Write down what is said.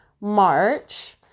March